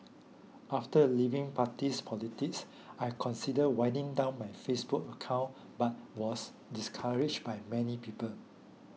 after leaving parties politics I considered winding down my Facebook accounts but was discouraged by many people